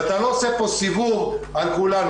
ואתה לא עושה פה סיבוב על כולנו.